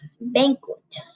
banquet